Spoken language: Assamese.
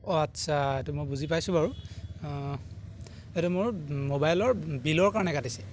অঁ আচ্ছা এইটো মই বুজি পাইছোঁ বাৰু এইটো মোৰ মোবাইলৰ বিলৰ কাৰণে কাটিছে